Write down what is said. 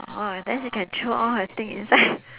oh then she can throw all her thing inside